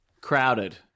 Crowded